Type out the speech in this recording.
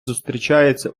зустрічається